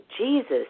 Jesus